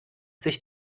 sich